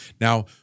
Now